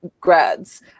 grads